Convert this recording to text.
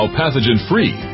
pathogen-free